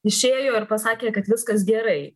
išėjo ir pasakė kad viskas gerai